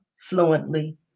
fluently